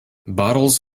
bottles